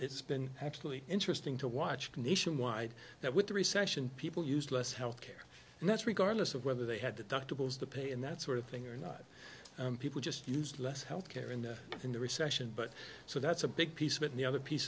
it's been actually interesting to watch nationwide that with the recession people use less health care and that's regardless of whether they had the doctor bills to pay and that sort of thing or not and people just use less health care in the in the recession but so that's a big piece of it and the other piece